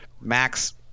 Max